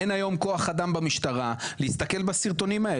אין היום כוח אדם במשטרה להסתכל בסרטונים האלה.